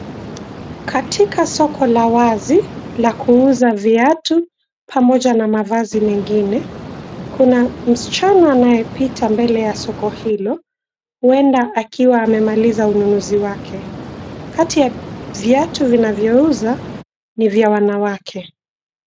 Katika soko la wazi la kuuza viatu pamoja na mavazi mengine. Kuna msichana anayepita mbele ya soko hilo uenda akiwa amemaliza ununuzi wake. Kati ya viatu vinavyouza ni vya wanawake.